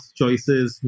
choices